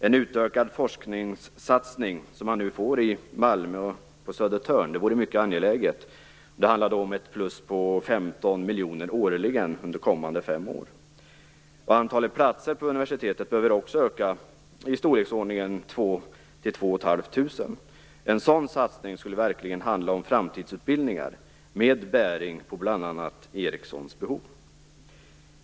En likadan forskningssatsning som nu ges i Malmö och på Södertörn vore mycket angelägen, dvs. ett plus på 15 miljoner årligen under kommande fem år. Antalet platser på universitet behöver också öka i storleksordningen 2 000-2 500. En sådan satsning skulle verkligen handla om framtidsutbildningar med bäring på bl.a. Ericssons behov.